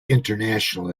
international